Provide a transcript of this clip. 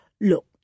Look